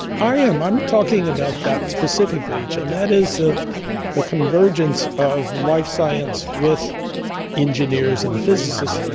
i am, i'm talking about that specifically, and that is the the convergence of life science with engineers and physicists,